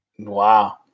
Wow